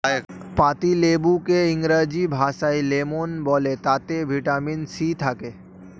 পাতিলেবুকে ইংরেজি ভাষায় লেমন বলে তাতে ভিটামিন সি থাকে